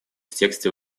тексте